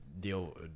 deal